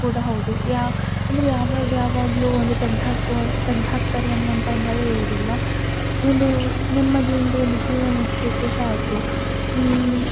ಕೂಡ ಹೌದು ಯಾ ಅಂದರೆ ಯಾವಾಗ ಯಾವಾಗಲೋ ಒಂದು ತೆಗ್ದು ಹಾಕುವ ತೆಗ್ದು ಹಾಕ್ತಾರೆ ಅನ್ನುವಂತಹ ಭಯ ಇರುವುದಿಲ್ಲ ಒಂದು ನೆಮ್ಮದಿಯಿಂದ ಒಂದು ಜೀವನ ನಡೆಸ್ಲಿಕ್ಕೆ ಸಾಕು